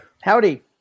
Howdy